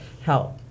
help